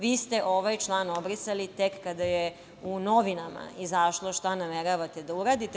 Vi ste ovaj član obrisali tek kada je u novinama izašlo šta nameravate da uradite.